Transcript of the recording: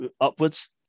upwards